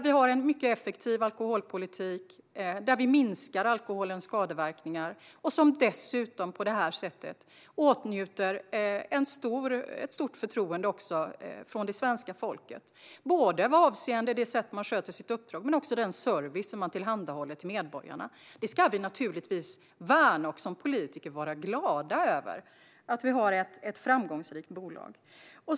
Vi har en mycket effektiv alkoholpolitik där vi minskar alkoholens skadeverkningar och dessutom på det här sättet åtnjuter ett stort förtroende från det svenska folket avseende på vilket sätt uppdraget sköts men också avseende den service som medborgarna tillhandahålls. Vi ska naturligtvis värna detta och som politiker vara glada över att vi har ett framgångsrikt bolag.